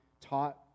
taught